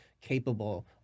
capable